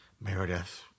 meredith